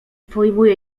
pojmuję